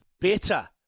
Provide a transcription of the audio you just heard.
better